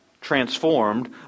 transformed